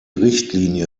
richtlinie